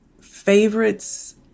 favorites